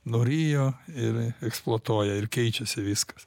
nurijo ir eksploatuoja ir keičiasi viskas